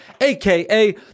aka